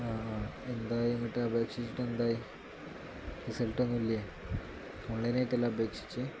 ആ ആ എന്തായി എന്നിട്ട് അപേക്ഷിച്ചിട്ട് എന്തായി റിസൾട്ട് ഒന്നും ഇല്ലേ ഓൺലൈന ആയിട്ട് അല്ലേ അപേക്ഷിച്ച്